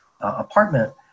apartment